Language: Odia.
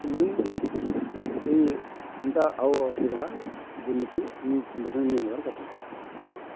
ସେ ନାଇଁ ଏଇ ଏନ୍ତା ଆଉ ଅସୁବିଧା ଦୁର୍ନୀତି ନି ସମ୍ମୁଖୀନ ନି ହେବାର କଥା